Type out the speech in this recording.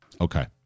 Okay